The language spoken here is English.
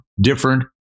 different